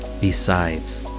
Besides